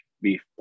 beef